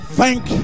thank